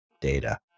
data